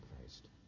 Christ